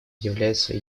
является